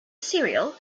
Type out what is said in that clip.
cereal